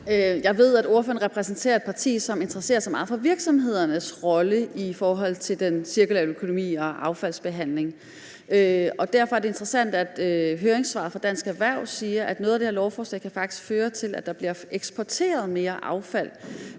Jeg ved, at ordføreren repræsenterer et parti, som interesserer sig meget for virksomhedernes rolle i forhold til den cirkulære økonomi og affaldsbehandling. Derfor er det interessant, at et høringssvar fra Dansk Erhverv siger, at noget af det her lovforslag faktisk kan føre til, at der bliver eksporteret mere affald.